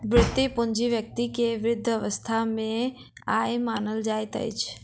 वृति पूंजी व्यक्ति के वृद्ध अवस्था के आय मानल जाइत अछि